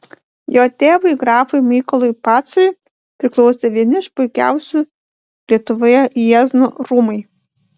jo tėvui grafui mykolui pacui priklausė vieni iš puikiausių lietuvoje jiezno rūmai